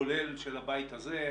כולל של הבית הזה,